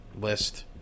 list